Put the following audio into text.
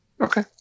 Okay